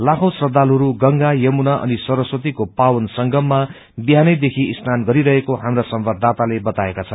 लाखै श्रदालुहरू गंगा यमुना अनि सरस्वतीको पावन संगममा बिहानै देखि स्नान गरिरहेको हाम्रा संवाददाताले बाताएका छन्